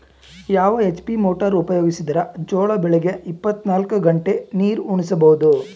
ಯಾವ HP motor ಉಪಯೋಗಿಸಿದರ ಜೋಳ ಬೆಳಿಗ ಇಪ್ಪತ ನಾಲ್ಕು ಗಂಟೆ ನೀರಿ ಉಣಿಸ ಬಹುದು?